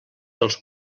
dels